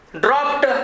dropped